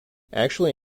actually